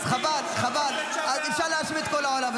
אז אפשר להאשים את כל העולם.